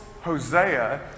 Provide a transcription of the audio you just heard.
Hosea